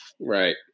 Right